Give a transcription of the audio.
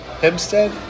Hempstead